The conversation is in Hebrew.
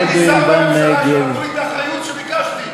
ברוורמן, הייתם שרים בממשלה כשבגין היה